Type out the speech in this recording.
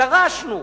דרשנו,